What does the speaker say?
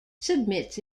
submits